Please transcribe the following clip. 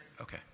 Okay